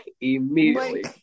Immediately